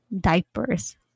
diapers